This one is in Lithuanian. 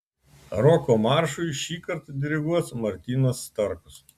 roko maršui šįkart diriguos martynas starkus